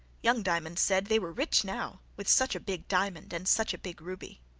young diamond said they were rich now, with such a big diamond and such a big ruby.